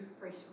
fresh